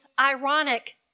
ironic